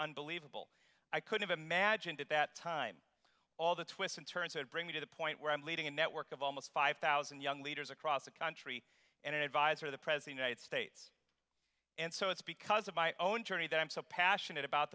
unbelievable i could have imagined at that time all the twists and turns that bring me to the point where i'm leading a network of almost five thousand young leaders across the country and an advisor to the president and states and so it's because of my own journey that i'm so passionate about